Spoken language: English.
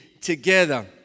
together